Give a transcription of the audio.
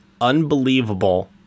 Unbelievable